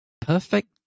perfect